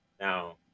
Now